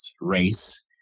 race